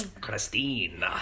christine